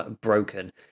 broken